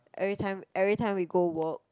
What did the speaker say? every time every time we go work